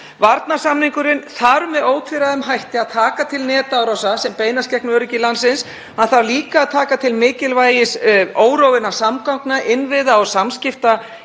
Varnarsamningurinn þarf með ótvíræðum hætti að taka til netárása sem beinast gegn öryggi landsins. Hann þarf líka að taka til mikilvægis órofinna samgangna, innviða og samskipta